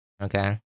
Okay